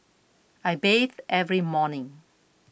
I bathe every morning